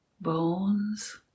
bones